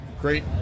great